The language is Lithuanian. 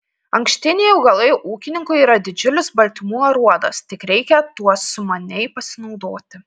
ankštiniai augalai ūkininkui yra didžiulis baltymų aruodas tik reikia tuo sumaniai pasinaudoti